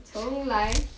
从来